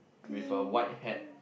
with a white hat